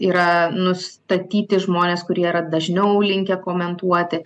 yra nustatyti žmonės kurie yra dažniau linkę komentuoti